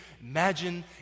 imagine